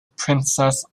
princess